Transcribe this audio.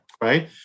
right